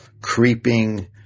creeping